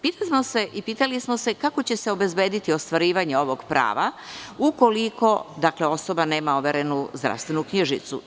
Pitali smo se i pitamo se kako će se obezbediti ostvarivanje ovog prava ukoliko osoba nema overenu zdravstvenu knjižicu?